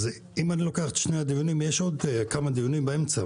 יש עוד דיונים באמצע,